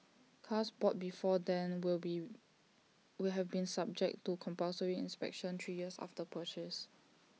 cars bought before then will be will have been subject to compulsory inspections three years after purchase